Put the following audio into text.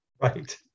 Right